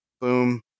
Boom